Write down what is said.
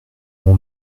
mon